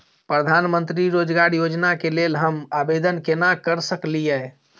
प्रधानमंत्री रोजगार योजना के लेल हम आवेदन केना कर सकलियै?